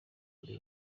muri